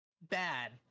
bad